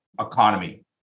economy